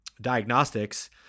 diagnostics